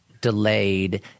delayed